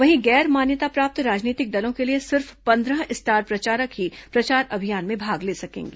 वहीं गैर मान्यता प्राप्त राजनीतिक दलों के लिए सिर्फ पन्द्रह स्टार प्रचारक ही प्रचार अभियान में भाग ले सकेंगे